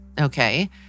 Okay